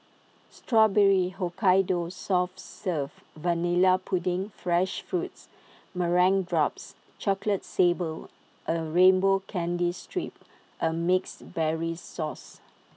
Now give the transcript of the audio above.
Strawberry Hokkaido soft serve Vanilla pudding fresh fruits meringue drops chocolate sable A rainbow candy strip and mixed berries sauce